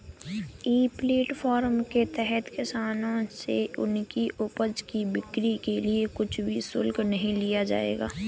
ई platform के तहत किसानों से उनकी उपज की बिक्री के लिए कुछ भी शुल्क नहीं लिया जाएगा